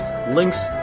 links